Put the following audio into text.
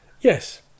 Yes